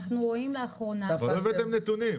אנחנו רואים לאחרונה --- לא הבאתם נתונים.